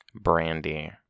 Brandy